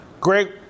Greg